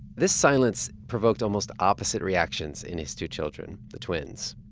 this silence provoked almost opposite reactions in his two children, the twins.